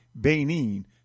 Benin